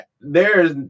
theres